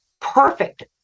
perfect